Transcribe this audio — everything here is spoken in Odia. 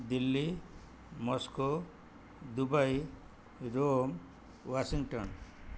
Delhi Moscow Dubai Rome Washington